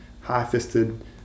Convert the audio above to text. high-fisted